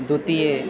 द्वितीयः